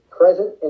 present